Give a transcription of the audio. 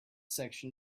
section